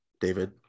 David